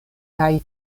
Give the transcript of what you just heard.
kaj